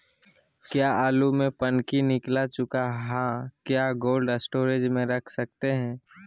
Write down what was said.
क्या आलु में पनकी निकला चुका हा क्या कोल्ड स्टोरेज में रख सकते हैं?